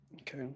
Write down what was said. okay